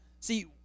See